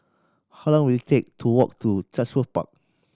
how long will it take to walk to Chatsworth Park